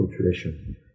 tradition